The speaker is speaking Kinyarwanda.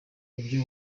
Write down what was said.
ibyo